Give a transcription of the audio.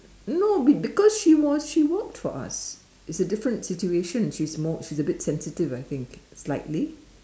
no because she was she worked for us it's a different situation she's more she's a bit sensitive I think slightly